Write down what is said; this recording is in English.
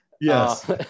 Yes